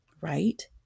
right